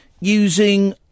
using